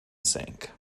sank